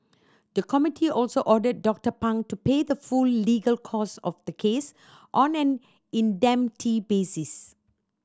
the committee also ordered Doctor Pang to pay the full legal costs of the case on an indemnity basis